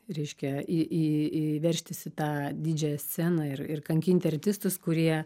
reiškia į į į veržtis į tą didžiąją sceną ir ir kankinti artistus kurie